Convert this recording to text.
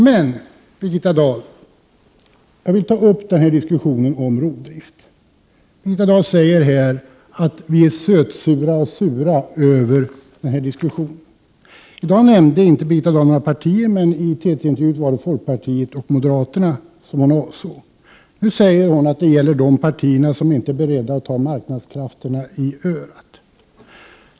Men, Birgitta Dahl, jag vill ta upp diskussionen om rovdrift. Birgitta Dahl säger att vi är sötsura och sura över diskussionen. I dag nämnde inte Birgitta Dahl några partier, men i TT-intervjun var det folkpartiet och moderaterna som man avsåg. Nu säger hon att det gäller de partier som inte är beredda att ta marknadskrafterna i örat.